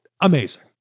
Amazing